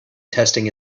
testing